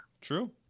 True